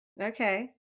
Okay